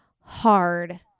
hard